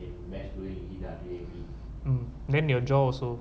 in march to a degree then your jaw also